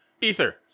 ether